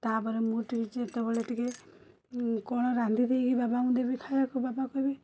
ତାପରେ ମୁଁ ଟିକିଏ ଯେତେବେଳେ ଟିକିଏ କ'ଣ ରାନ୍ଧି ଦେଇକି ବାବାଙ୍କୁ ଦେବି ଖାଇବାକୁ ବାବା କହିବେ